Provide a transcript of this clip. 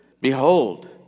Behold